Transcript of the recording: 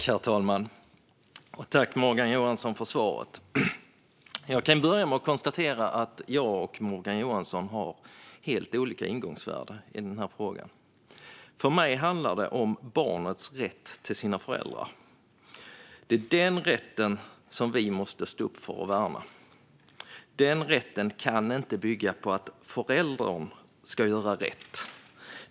Herr talman! Jag tackar Morgan Johansson för svaret. Jag kan börja med att konstatera att jag och Morgan Johansson har helt olika ingångsvärden i denna fråga. För mig handlar det om barnets rätt till sina föräldrar. Det är den rätten som vi måste stå upp för och värna. Den rätten kan inte bygga på att föräldern ska göra rätt.